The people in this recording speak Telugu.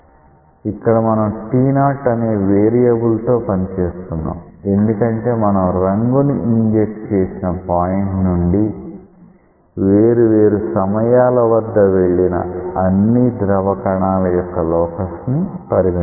ఇక్కడ మనం t0 అనే వేరియబుల్ తో పని చేస్తున్నాం ఎందుకంటే మనం రంగు ని ఇంజెక్ట్ చేసిన పాయింట్ నుండి వేరు వేరు సమయాల వద్ద వెళ్లిన అన్ని ద్రవ కణాల యొక్క లోకస్ ని పరిగణిస్తున్నాం